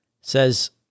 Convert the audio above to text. says